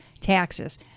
taxes